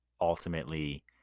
ultimately